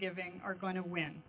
giving are going to win